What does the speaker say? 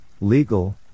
legal